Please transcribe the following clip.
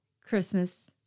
Christmas